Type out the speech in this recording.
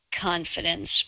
confidence